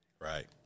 right